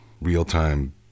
real-time